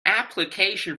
application